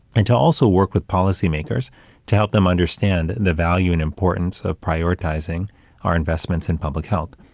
and to also work with policymakers to help them understand the value and importance of prioritizing our investments in public health.